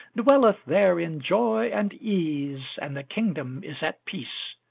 dwelleth there in joy and ease and the kingdom is at peace.